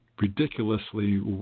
ridiculously